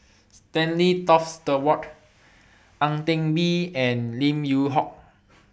Stanley Toft Stewart Ang Teck Bee and Lim Yew Hock